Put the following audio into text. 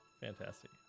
Fantastic